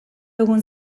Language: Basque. egon